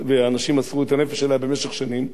ואנשים מסרו את הנפש שלהם במשך שנים,